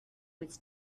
was